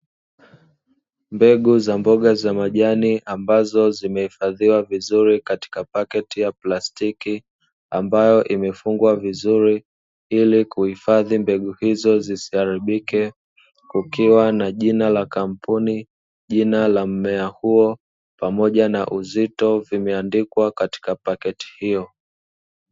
Mbegu za mboga za majani, ambazo zimeifadhiwa vizuri katika paketi ya plastiki ili zisiharibike, kukiwa na jina la kampuni, jina la mmea huo, pamoja na uzito vimeandikwa katika paketi hiyo.